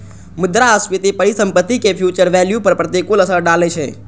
मुद्रास्फीति परिसंपत्ति के फ्यूचर वैल्यू पर प्रतिकूल असर डालै छै